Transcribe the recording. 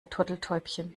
turteltäubchen